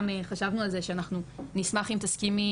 גם חשבנו על זה שאנחנו נשמח אם תסכימי